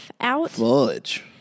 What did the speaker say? Fudge